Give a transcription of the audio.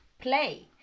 play